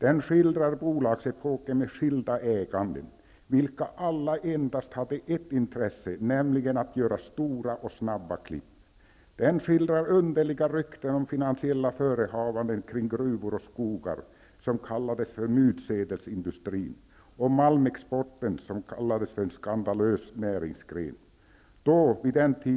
Den skildrar bolagsepoken med skilda ägare, vilka alla endast hade ett intresse, nämligen att göra stora och snabba klipp. Den skildrar underliga rykten om finansiella förehavanden när det gäller gruvor och skogar, som kallades ''mutsedelsindustrin'', och malmexporten, som kallades ''en skandalös näringsgren''.